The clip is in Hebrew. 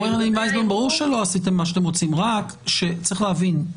ברור שלא עשיתם מה שאתם רוצים, רק צריך להבין,